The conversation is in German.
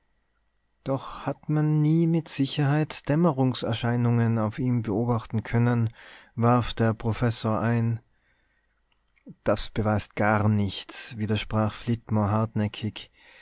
doch hat man nie mit sicherheit dämmerungserscheinungen auf ihm beobachten können warf der professor ein das beweist gar nichts widersprach